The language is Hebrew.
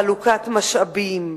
חלוקת משאבים,